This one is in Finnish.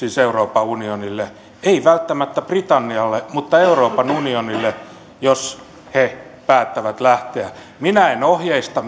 euroopan unionille ei välttämättä britannialle mutta euroopan unionille jos he päättävät lähteä minä en ohjeista